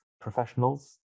professionals